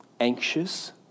anxious